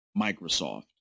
Microsoft